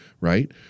right